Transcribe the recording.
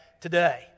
today